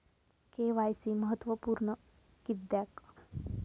KYC महत्त्वपुर्ण किद्याक?